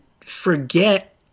forget